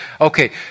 Okay